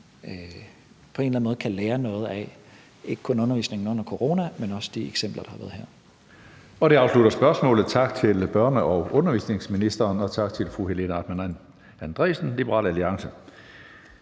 på en eller anden måde kan lære noget af – altså, ikke kun undervisningen under corona, men også de eksempler, der har været her. Kl. 15:46 Tredje næstformand (Karsten Hønge): Det afslutter spørgsmålet. Tak til børne- og undervisningsministeren, og tak til fru Helena Artmann Andresen, Liberal Alliance.